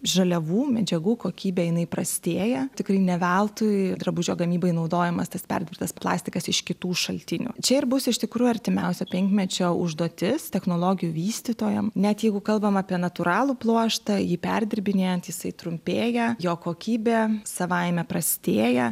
žaliavų medžiagų kokybė jinai prastėja tikrai ne veltui drabužio gamybai naudojamas tas perdirbtas plastikas iš kitų šaltinių čia ir bus iš tikrųjų artimiausio penkmečio užduotis technologijų vystytojam net jeigu kalbam apie natūralų pluoštą jį perdirbinėjant jisai trumpėja jo kokybė savaime prastėja